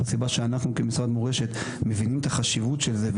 שאנחנו כמשרד מורשת מבינים את החשיבות של זה,